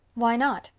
why not?